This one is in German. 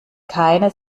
keine